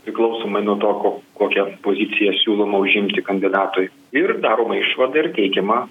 priklausomai nuo to ko kokią poziciją siūloma užimti kandidatui ir daroma išvada ir teikiama